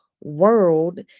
world